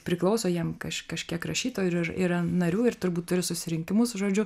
priklauso jiem kaž kažkiek rašytojų ir ir yra narių ir turbūt turi susirinkimus žodžiu